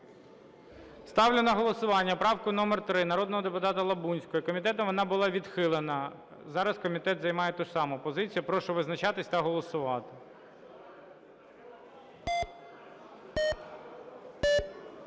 Ставлю на голосування правку номер 3 народного депутата Лабунської, комітетом вона була відхилена, зараз комітет займає ту ж саму позицію. Прошу визначатися та голосувати.